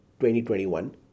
2021